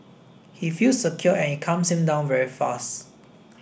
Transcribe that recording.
he feels secure and it calms him down very fast